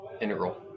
integral